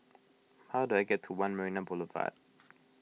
how do I get to one Marina Boulevard